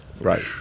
Right